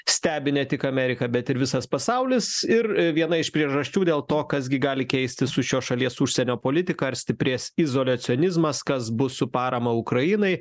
stebi ne tik amerika bet ir visas pasaulis ir viena iš priežasčių dėl to kas gi gali keistis su šios šalies užsienio politika ar stiprės izoliacionizmas kas bus su parama ukrainai